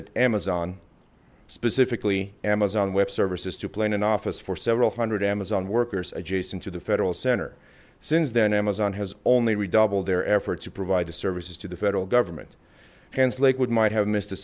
that amazon specifically amazon web services to plan an office for several hundred amazon workers adjacent to the federal center since then amazon has only redoubled their efforts to provide services to the federal government hence lakewood might have missed a